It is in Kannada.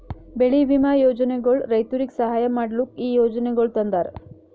ಬೆಳಿ ವಿಮಾ ಯೋಜನೆಗೊಳ್ ರೈತುರಿಗ್ ಸಹಾಯ ಮಾಡ್ಲುಕ್ ಈ ಯೋಜನೆಗೊಳ್ ತಂದಾರ್